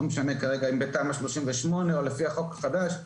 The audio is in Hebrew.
לא משנה כרגע אם בתמ"א 38 או לפי החוק החדש.